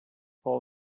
all